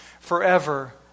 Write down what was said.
forever